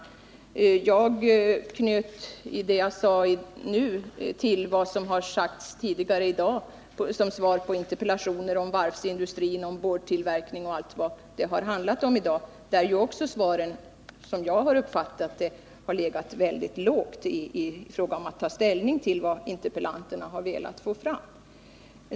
I det jag sade nyss anknöt jag till vad som har sagts tidigare i dag i svar på interpellationer om varvsindustrin, boardtillverkning m.m., där man också i svaren, såvitt jag uppfattat det, har legat mycket lågt i fråga om att ta ställning till vad interpellanterna har velat få fram.